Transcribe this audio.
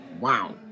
wow